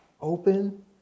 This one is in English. Open